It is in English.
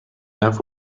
nav